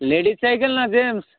ladies cycle না gents